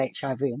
HIV